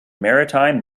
maritime